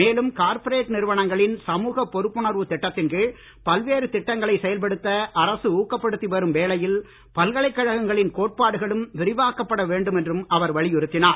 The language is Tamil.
மேலும் கார்ப்பரேட் நிறுவனங்களின் சமூக பொறுப்புணர்வு திட்டத்தின் கீழ் பல்வேறு திட்டங்களை செயல்படுத்த அரசு ஊக்கப்படுத்தி வரும் வேளையில் பல்கலைக்கழகங்களின் கோட்பாடுகளும் விரிவாக்கப்பட வேண்டும் என்றும் அவர் வலியுறுத்தினார்